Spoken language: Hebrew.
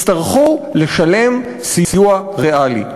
תצטרכי לשלם סיוע ריאלי.